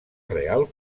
real